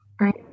Right